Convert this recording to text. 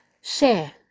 Share